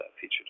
featured